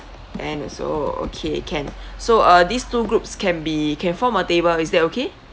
ten also okay can uh so these two groups can be can form a table is that okay